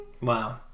Wow